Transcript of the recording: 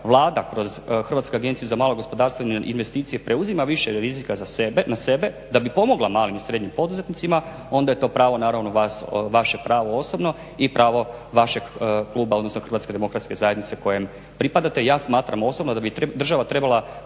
vlada kroz Hrvatsku agenciju za malo gospodarstvo i investicije preuzima više rizika na sebe da bi pomogla malim i srednjim poduzetnicima onda je to pravo naravno vas, vaše pravo osobno i pravo vašeg kluba odnosno HDZ-a kojem pripadate. Ja smatram osobno da bi država trebala